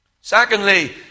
Secondly